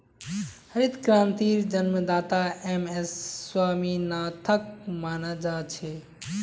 हरित क्रांतिर जन्मदाता एम.एस स्वामीनाथनक माना जा छे